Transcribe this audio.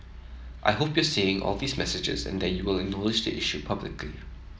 I hope you're seeing all these messages and that you will acknowledge the issue publicly